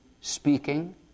speaking